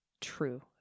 true